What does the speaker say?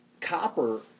copper